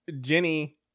Jenny